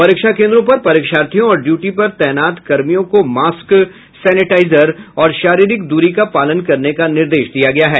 परीक्षा केंद्रों पर परीक्षार्थियों और ड्यूटी पर तैनात कर्मियों को मास्क सैनिटाइजर और शारीरिक दूरी का पालन करने का निर्देश दिया गया है